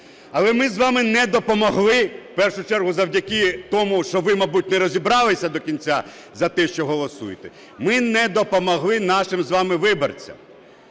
Але ми з вами не допомогли, в першу чергу завдяки тому, що ви, мабуть, не розібралися до кінця за те, що голосуєте, ми не допомогли нашим з вами виборцям.